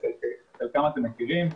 שחלקם אתם מכירים,